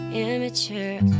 immature